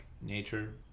nature